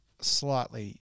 slightly